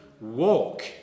walk